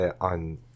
on